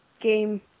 game